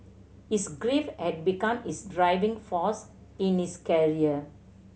his grief had become his driving force in his career